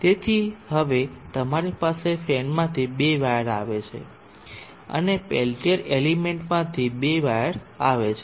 તેથી હવે તમારી પાસે ફેનમાંથી બે વાયર આવે છે અને પેલ્ટીઅર એલિમેન્ટમાંથી બે વાયર આવે છે